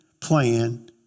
plan